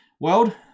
World